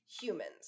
humans